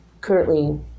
currently